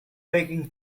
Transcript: begging